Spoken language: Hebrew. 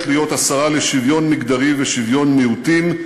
להיות השרה לשוויון מגדרי ושוויון מיעוטים,